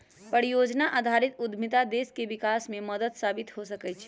परिजोजना आधारित उद्यमिता देश के विकास में मदद साबित हो सकइ छै